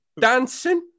dancing